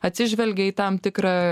atsižvelgė į tam tikrą